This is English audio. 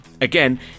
Again